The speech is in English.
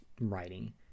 writing